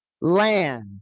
land